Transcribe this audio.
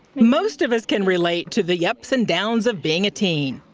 most of us can relate to the ups and downs of being a teen.